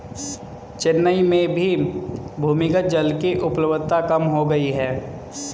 चेन्नई में भी भूमिगत जल की उपलब्धता कम हो गई है